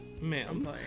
Man